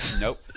nope